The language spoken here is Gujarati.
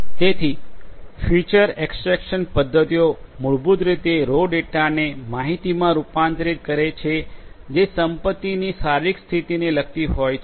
તેથી ફીચર એક્સટ્રેકશન પદ્ધતિઓ મૂળભૂત રીતે તે રો ડેટાને માહિતીમાં રૂપાંતરિત કરે છે જે સંપત્તિની શારીરિક સ્થિતિને લગતી હોય છે